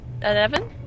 eleven